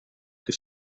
che